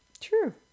true